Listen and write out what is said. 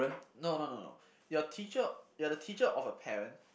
no no no you are teacher you are the teacher of a parent